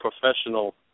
professional